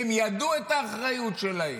הם ידעו את האחריות שלהם.